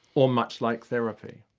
or much like therapy.